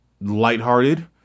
lighthearted